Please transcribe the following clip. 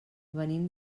venim